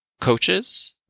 coaches